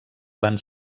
van